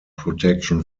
protection